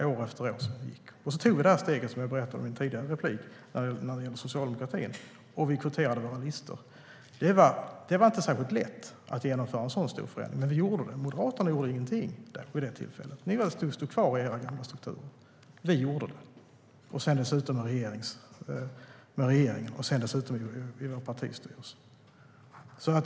År efter år gick, och så tog vi det där steget som jag berättade om i ett tidigare inlägg, när vi i Socialdemokraterna kvoterade våra listor. Det var inte särskilt lätt att genomföra en så stor förändring, men vi gjorde det. Moderaterna gjorde ingenting vid det tillfället. Ni bara stod kvar i era gamla strukturer. Vi gjorde någonting - därefter dessutom med regeringen och partistyrelsen.